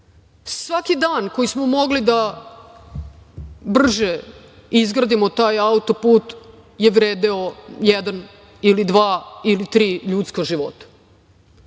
Svaki dan koji smo mogli da brže izgradimo taj auto-put je vredeo jedan ili dva ili tri ljudska života.